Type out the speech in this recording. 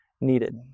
needed